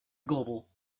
global